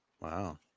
Wow